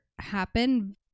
happen